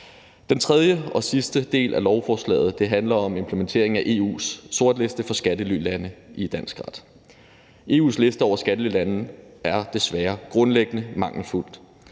Den tredje og sidste del af lovforslaget handler om implementering af EU's sortliste for skattelylande i dansk ret. EU's liste over skattelylande er desværre grundlæggende mangelfuld.